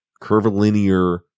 curvilinear